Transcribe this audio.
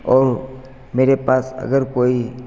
और मेरे पास अगर कोई